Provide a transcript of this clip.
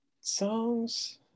Songs